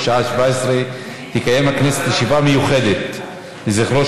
בשעה 17:00 תקיים הכנסת ישיבה מיוחדת לזכרו